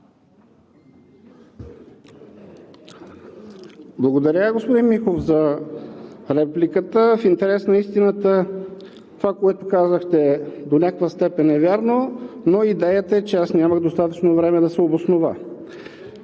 благодаря за репликата. В интерес на истината това, което казахте, до някаква степен е вярно, но идеята е, че аз нямах достатъчно време, за да се обоснова.